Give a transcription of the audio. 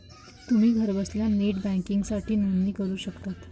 तुम्ही घरबसल्या नेट बँकिंगसाठी नोंदणी करू शकता